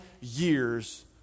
years